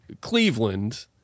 Cleveland